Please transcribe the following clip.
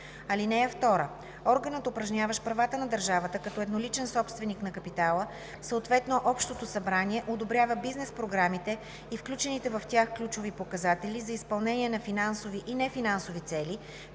органи. (2) Органът, упражняващ правата на държавата като едноличен собственик на капитала, съответно общото събрание, одобрява бизнес програмите и включените в тях ключови показатели за изпълнение на финансови и нефинансови цели,